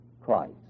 Christ